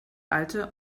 alte